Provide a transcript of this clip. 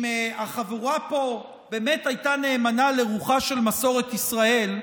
אם החבורה פה באמת הייתה נאמנה לרוחה של מסורת ישראל,